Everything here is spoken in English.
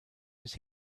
his